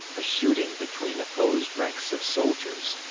a shooting between opposed ranks of soldiers,